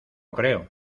creo